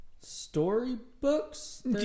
Storybooks